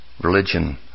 religion